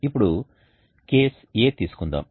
ఇప్పుడు case A తీసుకుందాం